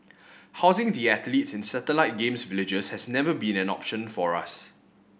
housing the athletes in satellite Games Villages has never been an option for us